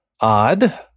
odd